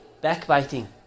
backbiting